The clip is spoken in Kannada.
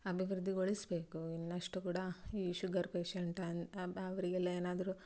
ಅಭಿವೃದ್ದಿಗೊಳಿಸಬೇಕು ಇನ್ನಷ್ಟು ಕೂಡ ಈ ಶುಗರ್ ಪೇಷಂಟ್ ಅವರಿಗೆಲ್ಲಾ ಏನಾದರು